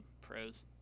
pros